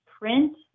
print